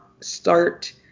start